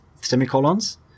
semicolons